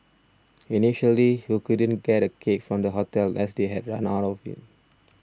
initially he couldn't get a cake from the hotel as they had run out of it